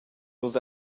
nus